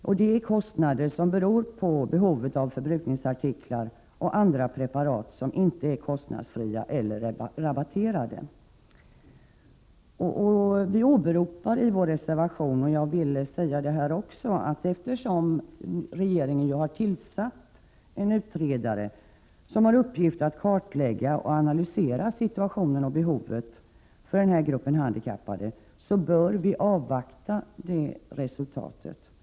Det gäller kostnader som beror på behovet av förbrukningsartiklar och andra preparat som inte är kostnadsfria eller rabatterade. Eftersom regeringen har tillsatt en utredare som har fått i uppgift att kartlägga och analysera situationen och behoven när det gäller den här gruppen handikappade, bör vi avvakta det resultat som utredaren kommer fram till.